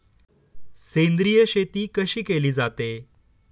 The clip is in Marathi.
सेंद्रिय शेती कशी केली जाते?